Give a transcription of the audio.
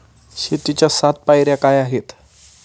शेतीच्या सात पायऱ्या काय आहेत?